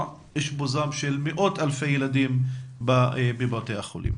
את אשפוזם של מאות ילדים בבתי חולים.